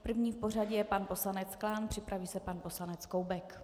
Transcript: První v pořadí je pan poslanec Klán, připraví se pan poslanec Koubek.